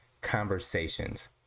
conversations